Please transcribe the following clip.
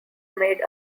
made